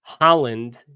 Holland